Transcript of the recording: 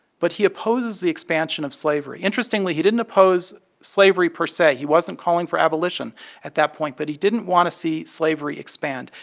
but he opposes the expansion of slavery interestingly, he didn't oppose slavery, per se. he wasn't calling for abolition at that point, but he didn't want to see slavery expand,